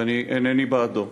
ואני אינני בעדו.